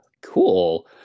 Cool